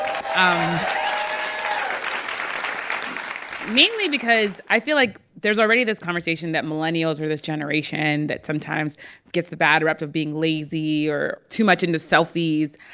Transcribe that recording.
um mainly because i feel like there's already this conversation that millennials are this generation that sometimes gets the bad rep of being lazy or too much into selfies.